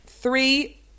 three